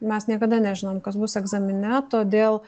mes niekada nežinom kas bus egzamine todėl